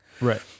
Right